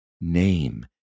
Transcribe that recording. name